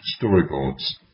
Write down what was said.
storyboards